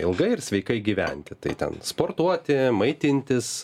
ilgai ir sveikai gyventi tai ten sportuoti maitintis